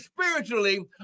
spiritually